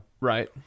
Right